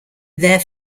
there